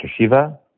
Shiva